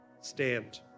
stand